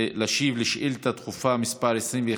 להשיב על שאילתה דחופה מס' 21,